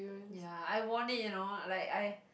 ya I won it you know like I